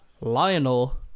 Lionel